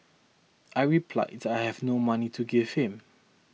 I replied that I had no money to give him